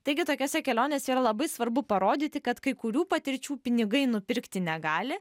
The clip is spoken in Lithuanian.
taigi tokiose kelionėse yra labai svarbu parodyti kad kai kurių patirčių pinigai nupirkti negali